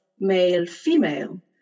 male-female